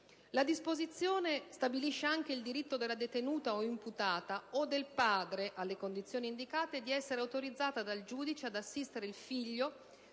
La disposizione stabilisce anche il diritto della detenuta o imputata (o del padre, alle condizioni indicate) di essere autorizzata dal giudice ad assistere il figlio